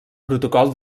protocol